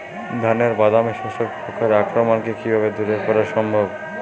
ধানের বাদামি শোষক পোকার আক্রমণকে কিভাবে দূরে করা সম্ভব?